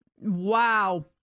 wow